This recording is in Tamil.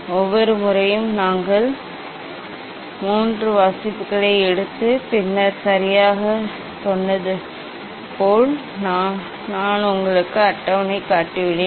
ஒவ்வொரு முறையும் நாங்கள் மூன்று வாசிப்புகளை எடுத்து பின்னர் சராசரியாக சொன்னது போல் நான் உங்களுக்கு அட்டவணையைக் காட்டியுள்ளேன்